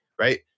Right